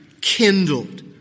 kindled